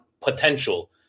potential